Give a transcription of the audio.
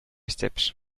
steps